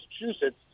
Massachusetts